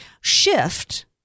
shift